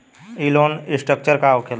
ई loan restructure का होखे ला?